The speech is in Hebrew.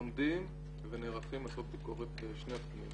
לומדים ונערכים לעשות ביקורת בשני הנושאים.